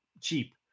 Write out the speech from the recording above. cheap